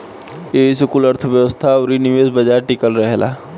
एही से कुल अर्थ्व्यवस्था अउरी निवेश बाजार टिकल रहेला